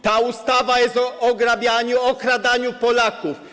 Ta ustawa jest o ograbianiu, okradaniu Polaków.